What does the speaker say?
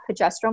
progesterone